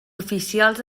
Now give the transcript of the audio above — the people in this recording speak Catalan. oficials